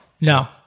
No